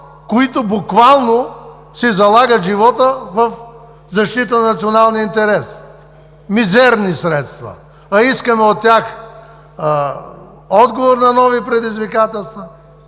които буквално си залагат живота в защита на националния интерес. Мизерни средства! А искаме от тях отговор на нови предизвикателства.